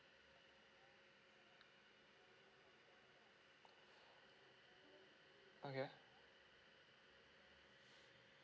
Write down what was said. okay